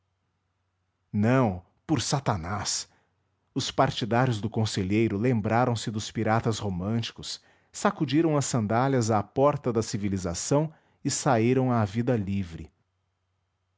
não por satanásl os partidários do conselheiro lembraram-se dos piratas românticos sacudiram as sandálias à porta da civilização e saíram à vida livre